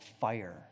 fire